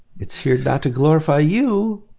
it's here not to glorify you,